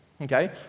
okay